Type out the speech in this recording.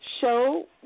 Show